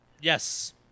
Yes